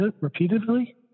repeatedly